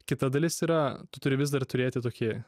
kita dalis yra tu turi vis dar turėti tokį